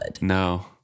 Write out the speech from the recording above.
No